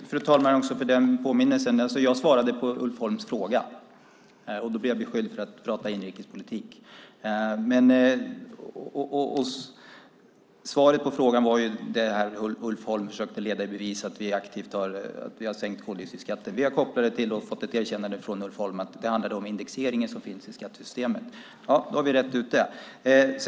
Fru talman! Jag svarade på Ulf Holms fråga och blir beskylld för att prata inrikespolitik. Ulf Holm försökte leda i bevis att vi aktivt hade sänkt koldioxidskatten. Vi har fått ett erkännande från Ulf Holm att det handlade om indexeringen i skattesystemet. Nu har vi rett ut det.